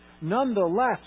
nonetheless